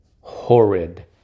horrid